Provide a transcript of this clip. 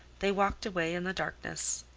they walked away in the darkness.